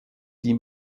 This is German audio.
die